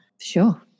Sure